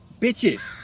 bitches